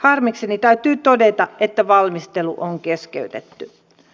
harmikseni täytyy todeta että valmistelu on keskeytetty